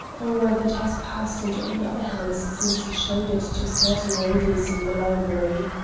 or whether it has passed into any other hand since he showed it to certain ladies in the library.